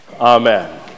Amen